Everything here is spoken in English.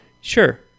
sure